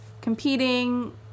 competing